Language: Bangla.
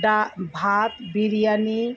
ডাল ভাত বিরিয়ানি